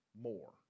more